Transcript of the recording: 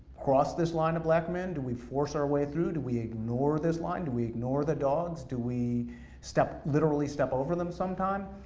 cross this line of black men, do we force our way through, do we ignore this line, do we ignore the dogs, do we step, literally, step over them sometime,